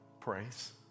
Praise